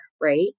Right